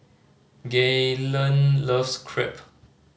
Gaylene loves Crepe